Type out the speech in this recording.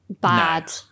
bad